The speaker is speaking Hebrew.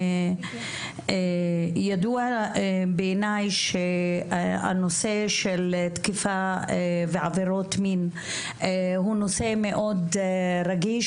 ידוע לי שהנושא של תקיפה ועבירות מין הוא נושא מאוד רגיש